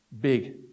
big